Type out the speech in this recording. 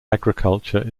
agriculture